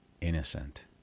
innocent